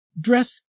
Dress